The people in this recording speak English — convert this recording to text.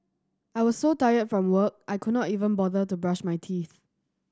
I was so tired from work I could not even bother to brush my teeth